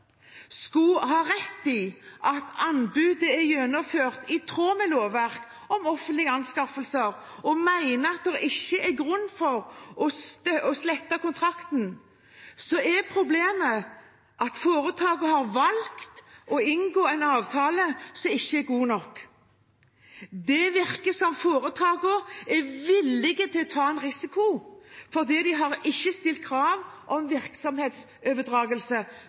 skulle ha rett i at anbudet er gjennomført i tråd med lovverk om offentlige anskaffelser, og mener at det ikke er grunn til å slette kontrakten, er problemet at foretakene har valgt å inngå en avtale som ikke er god nok. Det virker som om foretakene er villige til å ta en risiko, for de har ikke stilt krav om virksomhetsoverdragelse.